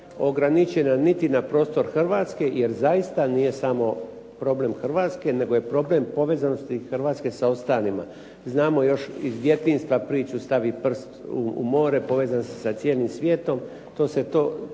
ograničena niti na prostor Hrvatske jer zaista nije samo problem Hrvatske, nego je problem povezanosti Hrvatske sa ostalima. Znamo još iz djetinjstva priču "Stavi prst u more, povezan si sa cijelim svijetom".